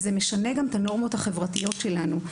זה משנה גם את הנורמות החברתיות שלנו.